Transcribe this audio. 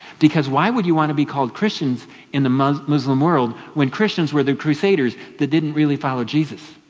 because why would you want to be called christians in the muslim muslim world when christians were the crusaders that didn't really follow jesus?